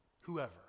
whoever